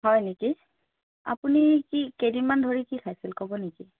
হয় নেকি আপুনি কি কেইদিনমান ধৰি কি খাইছিল ক'ব নেকি